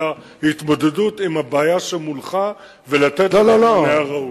אלא התמודדות עם הבעיה שמולך ולתת לה את המענה הראוי.